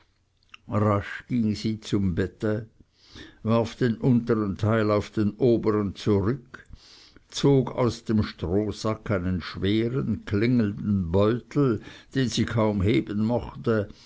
ging sie zum bette warf den untern teil auf den obern zurück zog aus dem strohsack einen schweren klingenden beutel den sie kaum heben mochte